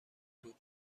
بود